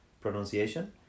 pronunciation